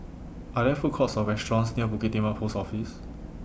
Are There Food Courts Or restaurants near Bukit Timah Post Office